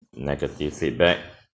negative feedback